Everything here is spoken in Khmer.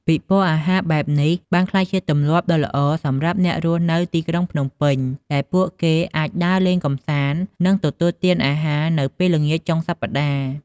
ពិព័រណ៍អាហារបែបនេះបានក្លាយជាទម្លាប់ដ៏ល្អសម្រាប់អ្នករស់នៅទីក្រុងភ្នំពេញ ដែលពួកគេអាចដើរលេងកម្សាន្ត និងទទួលទានអាហារនៅពេលល្ងាចចុងសប្ដាហ៍។